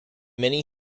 may